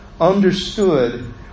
understood